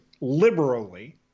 liberally